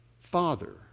Father